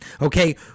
Okay